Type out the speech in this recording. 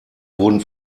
wurden